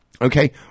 okay